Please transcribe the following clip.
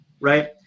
Right